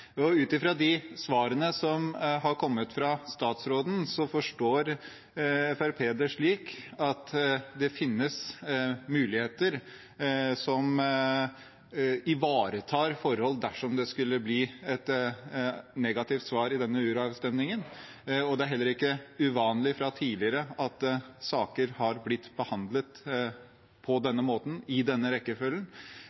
Ut ifra de svarene som har kommet fra statsråden, forstår Fremskrittspartiet at det finnes muligheter som ivaretar forhold dersom det skulle bli et negativt svar i denne uravstemningen. Det er heller ikke uvanlig fra tidligere at saker har blitt behandlet på denne måten, i denne rekkefølgen. Sett i lys av den